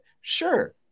Sure